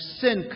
sin